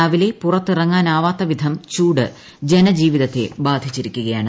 രാവിലെ പുറത്തിറങ്ങാനാവാത്ത വിധം ചൂട് ജനജീവിതത്തെ ബാധിച്ചിരിക്കയാണ്